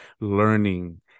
learning